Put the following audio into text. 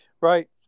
Right